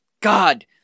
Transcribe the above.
God